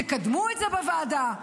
תקדמו את זה בוועדה,